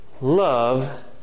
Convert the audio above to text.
Love